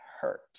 hurt